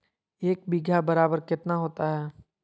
एक बीघा बराबर कितना होता है?